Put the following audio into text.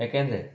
ಯಾಕೆಂದರೆ